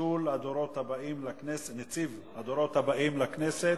(ביטול נציב הדורות הבאים לכנסת),